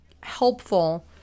helpful